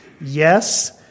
Yes